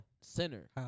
center